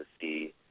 see